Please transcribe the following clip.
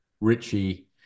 Richie